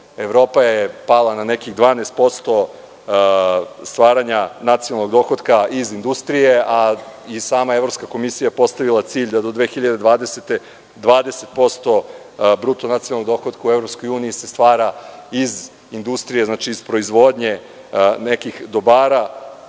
Evropa je pala na nekih 12% stvaranja nacionalnog dohotka iz industrije, a i sama Evropska komisija je postavila cilj da do 2020. godine 20% BDP u EU se stvara iz industrije, znači iz proizvodnje nekih dobara.